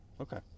Okay